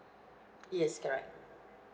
yes correct